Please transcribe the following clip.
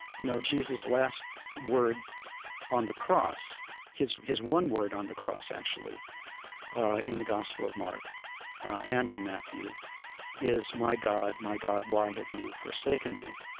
you know, jesus' last word on the cross his his one word on the cross actually in the gospel of mark and in matthew is my god, my god, why have you forsaken me?